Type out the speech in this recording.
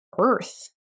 earth